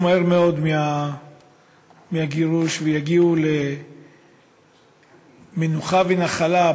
מהר מאוד מהגירוש ויגיעו למנוחה ולנחלה,